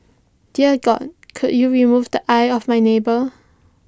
dear God could you remove the eye of my neighbour